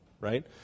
right